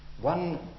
One